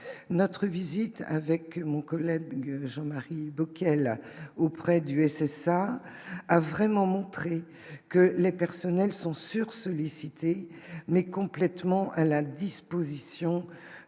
notre visite avec mon collègue Jean-Marie Bockel auprès du ça a vraiment montré que les personnels sont sur sollicités mais complètement à la disposition des blessés et